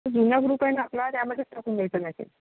जुना ग्रुप आहे आपला त्यामध्येच टाकून द्यायचा मेसेज